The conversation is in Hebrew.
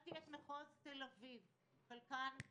שניהלתי את מחוז תל אביב, חלקן תחתיך,